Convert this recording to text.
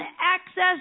access